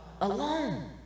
alone